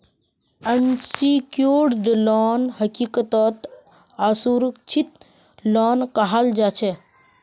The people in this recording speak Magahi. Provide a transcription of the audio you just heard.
अनसिक्योर्ड लोन हकीकतत असुरक्षित लोन कहाल जाछेक